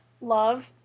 love